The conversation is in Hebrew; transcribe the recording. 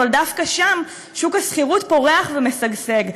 אבל דווקא שם שוק השכירות פורח ומשגשג,